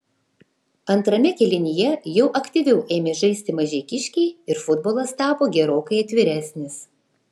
antrame kėlinyje jau aktyviau ėmė žaisti mažeikiškiai ir futbolas tapo gerokai atviresnis